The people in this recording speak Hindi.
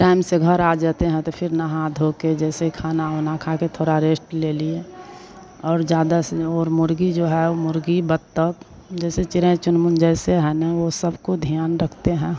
टइम से घर आ जाते हैं तो फ़िर नहा धोकर जैसे खाना ओना खाकर थोड़ा रेश्ट ले लिए और ज़्यादा से न और मुर्गी जो है वह मुर्गी बत्तख जैसे चिरई चुनमुन जैसे हैं न वह सबको ध्यान रखते हैं